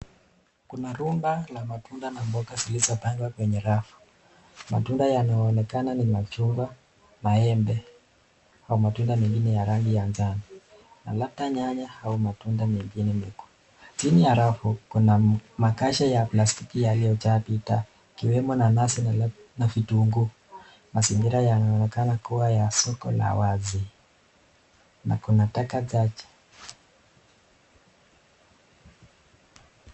Kuna runda ya matunda na mboga zilizopandwa kwenye rafu . Matunda yanaonekana ni machungwa maembe au matunda mengine ya rangi ya jano na labda yanya ama matunda mengine ni mekundu . China ya rafu Kuna makasha ya plastiki yaliyo jaa bidhaa. Yakiwemo mananasi na vituguu. Mazingira yanaonekana kuwa ya soko la wazi na Kuna taka za chafu.